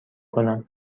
کنم